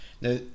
Now